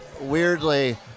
weirdly –